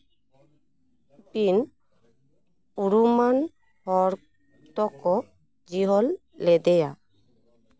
pin ᱩᱨᱩᱢᱟᱱ ᱦᱚᱲ ᱫᱚᱠᱚ ᱡᱤᱦᱳᱞ ᱞᱮᱫᱮᱭᱟ